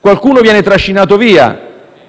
Qualcuno viene trascinato via,